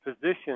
position